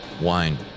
wine